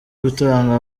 gutanga